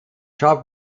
job